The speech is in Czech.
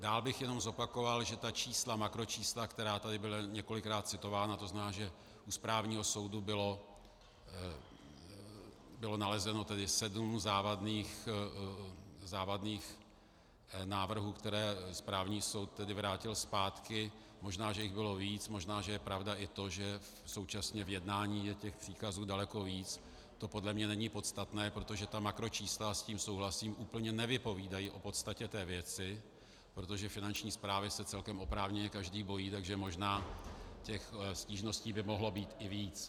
Dál bych jenom zopakoval, že ta čísla, makročísla, která tady byla několikrát citována, to znamená, že u správního soudu bylo nalezeno sedm závadných návrhů, které správní soud tedy vrátil zpátky, možná že jich bylo víc, možná že je pravda i to, že současně v jednání je těch příkazů daleko víc, to podle mě není podstatné, protože ta makročísla, a s tím souhlasím, úplně nevypovídají o podstatě té věci, protože Finanční správy se celkem oprávněně každý bojí, takže možná těch stížností by mohlo být i víc.